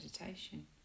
meditation